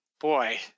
boy